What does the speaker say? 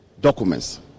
documents